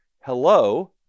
hello